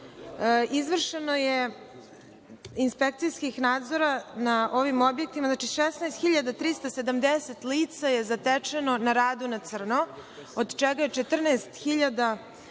izvršeni su inspekcijski nadzori nad ovim objektima i 16.370 lica je zatečeno na radu na crno, od čega je 14.088